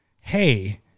hey